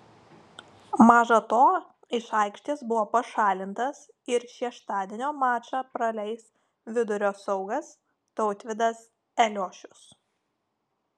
maža to iš aikštės buvo pašalintas ir šeštadienio mačą praleis vidurio saugas tautvydas eliošius